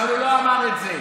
אבל הוא לא אמר את זה.